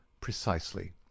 Precisely